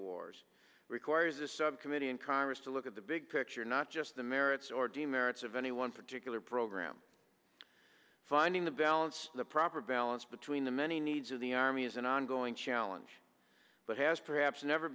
wars requires a subcommittee in congress to look at the big picture not just the merits or demerits of any one particular program finding the balance the proper balance between the many needs of the army is an ongoing challenge but has perhaps never